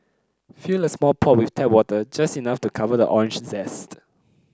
fill a small pot with tap water just enough to cover the orange zest